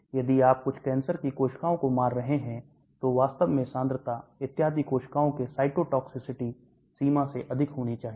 यदि आप कुछ कैंसर की कोशिकाओं को मार रहे हैं तो वास्तव में सांद्रता इत्यादि कोशिकाओं के cytotoxicity सीमा से अधिक होनी चाहिए